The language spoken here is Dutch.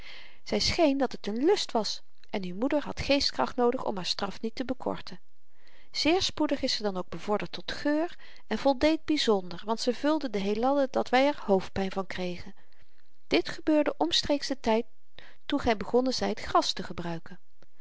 zy schéén dat het n lust was en uw moeder had geestkracht noodig om haar straf niet te bekorten zeer spoedig is ze dan ook bevorderd tot geur en voldeed byzonder want ze vulde de heelallen dat wy er hoofdpyn van kregen dit gebeurde omstreeks den tyd toen gy begonnen zyt gras te gebruiken